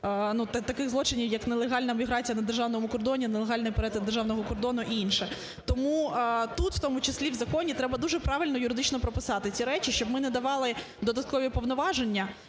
таких злочинів, як нелегальна міграція на державному кордоні, нелегальний перетин державного кордону і інше. Тому тут, в тому числі в законі, треба дуже правильно юридично прописати ці речі, щоб ми не давали додаткові повноваження,